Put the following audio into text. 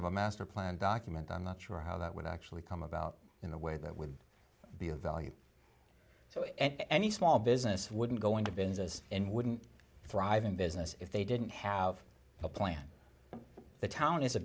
of a master plan document i'm not sure how that would actually come about in a way that would be of value so any small business wouldn't go into bins as in wouldn't thriving business if they didn't have a plan the town is a